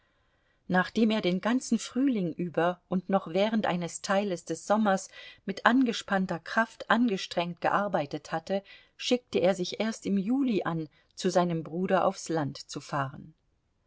nachdem er den ganzen frühling über und noch während eines teiles des sommers mit angespannter kraft angestrengt gearbeitet hatte schickte er sich erst im juli an zu seinem bruder aufs land zu fahren